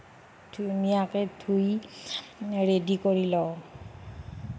ধুনীয়াকে ধুই ৰেডি কৰি লওঁ